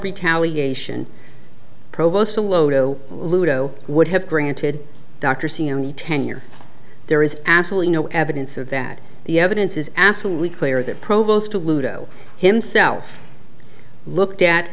loto ludo would have granted dr tenure there is absolutely no evidence of that the evidence is absolutely clear that provost ludo himself looked at